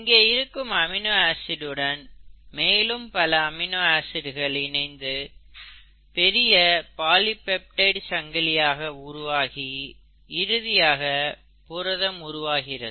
இங்கே இருக்கும் amino acid உடன் மேலும் பல அமினோ ஆசிட்டுகள் இணைந்து பெரிய பாலிபெப்டுடைட் சங்கிலியாக உருவாகி இறுதியாக புரதம் உருவாகிறது